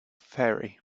ferry